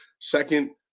second